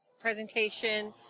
presentation